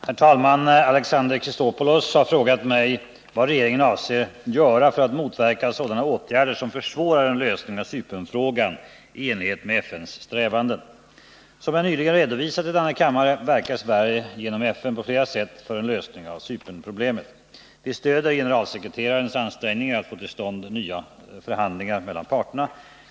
Herr talman! Alexander Chrisopoulos har frågat mig vad regeringen avser göra för att motverka sådana åtgärder som försvårar en lösning av Cypernfrågan i enlighet med FN:s strävanden. Som jag nyligen redovisat i denna kammare verkar Sverige genom FN på flera sätt för en lösning av Cypernproblemet. Vi stöder generalsekreterarens ansträngningar att få till stånd nya förhandlingar mellan parterna.